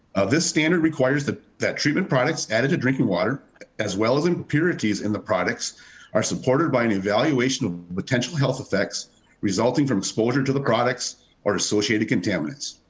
this standard requires that treatment products added to drinking water as well as impurities in the products are supported by an evaluation of potential health effects resulting from exposure to the products or associated contaminants.